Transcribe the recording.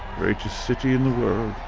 greatest city in the world.